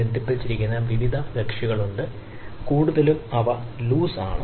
ബന്ധിപ്പിച്ചിരിക്കുന്ന വ്യത്യസ്ത കക്ഷികളുണ്ട് കൂടുതലും അവ ലൂസ് ആണ്